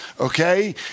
Okay